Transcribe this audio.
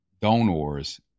donors